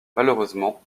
malheureusement